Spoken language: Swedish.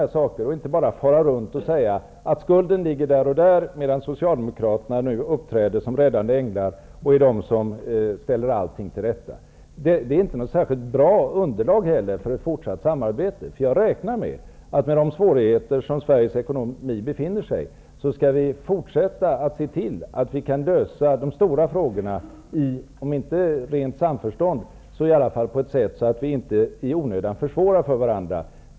Man kan inte bara fara runt och säga att skulden har vissa orsaker och att Socialdemokraterna nu uppträder som räddande änglar och ställer allt till rätta. Det är inte heller något särskilt bra underlag för ett fortsatt samarbete. Mot bakgrund av de svårigheter som Sveriges ekonomi befinner sig i räknar jag med att vi skall fortsätta att se till att vi kan lösa de stora frågorna. Vi kanske inte kan göra det i samförstånd men i alla fall på ett sådant sätt att vi inte försvårar för varandra.